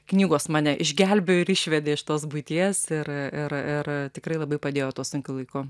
knygos mane išgelbėjo ir išvedė iš tos buities ir ir ir tikrai labai padėjo tuo sunkiu laiku